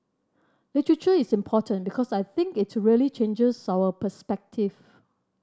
literature is important because I think it really changes our perspective